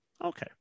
Okay